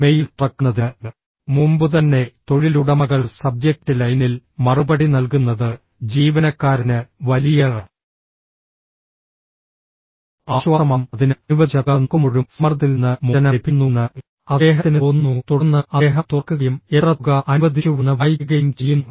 mail തുറക്കുന്നതിന് മുമ്പുതന്നെ തൊഴിലുടമകൾ സബ്ജെക്റ്റ് ലൈനിൽ മറുപടി നൽകുന്നത് ജീവനക്കാരന് വലിയ ആശ്വാസമാകും അതിനാൽ അനുവദിച്ച തുക നോക്കുമ്പോഴും സമ്മർദ്ദത്തിൽ നിന്ന് മോചനം ലഭിക്കുന്നുവെന്ന് അദ്ദേഹത്തിന് തോന്നുന്നു തുടർന്ന് അദ്ദേഹം തുറക്കുകയും എത്ര തുക അനുവദിച്ചുവെന്ന് വായിക്കുകയും ചെയ്യുന്നു